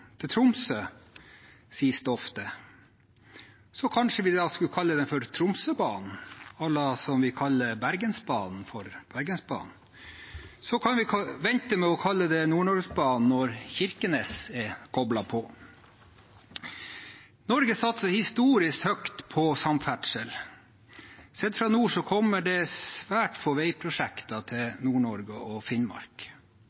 til Tromsø, sies det ofte. Kanskje vi da skulle kalle den for «Tromsøbanen», slik vi kaller Bergensbanen for «Bergensbanen». Så kan vi vente med å kalle den Nord-Norge-banen til Kirkenes er koblet på. Norge satser historisk høyt på samferdsel, men sett fra nord kommer det svært få